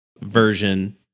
version